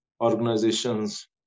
organizations